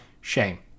shame